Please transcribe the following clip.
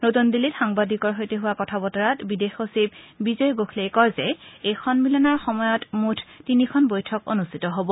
নতুন দিল্লীত সাংবাদিকৰ সৈতে হোৱা কথা বতৰাত বিদেশ সচিব বিজয় গোখলে কয় যে এই সমিলনৰ সময়ত মুঠ তিনিখন বৈঠক অনুষ্ঠিত হ'ব